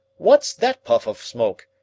what's that puff of smoke?